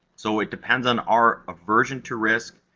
so, it depends on our aversion to risk,